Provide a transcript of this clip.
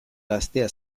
gaztea